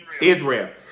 Israel